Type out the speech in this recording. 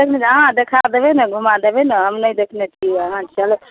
हमरा अहाँ देखा देबै ने घुमा देबै ने हम नहि देखने छिए अहाँ चलब